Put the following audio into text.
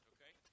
Okay